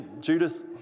Judas